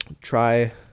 Try